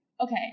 Okay